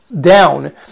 down